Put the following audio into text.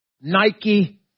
Nike